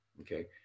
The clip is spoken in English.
okay